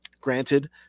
granted